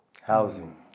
housing